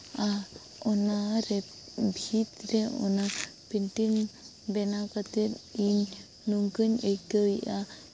ᱟᱨ ᱚᱱᱟᱨᱮ ᱵᱷᱤᱛ ᱨᱮᱭᱟᱜ ᱚᱱᱟ ᱯᱮᱱᱴᱤᱝ ᱵᱮᱱᱟᱣ ᱠᱟᱛᱮᱫ ᱤᱧ ᱱᱚᱝᱠᱟᱧ ᱟᱹᱭᱠᱟᱹᱣᱮᱫᱼᱟ